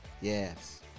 yes